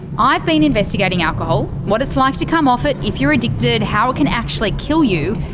i've been investigating alcohol. what it's like to come off it if you're addicted. how it can actually kill you.